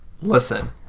Listen